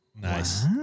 Nice